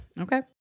Okay